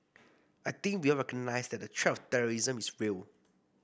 I think we all recognise that the threat of terrorism is real